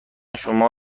شما